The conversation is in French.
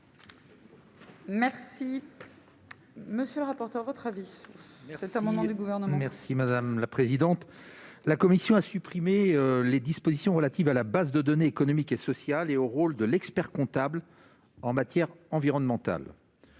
Merci, monsieur le rapporteur, votre avis cet amendement du gouvernement. Madame la présidente, la commission a supprimé les dispositions relatives à la base de données économiques et sociales et au rôle de l'expert comptable en matière environnementale